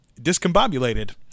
discombobulated